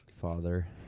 Father